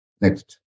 Next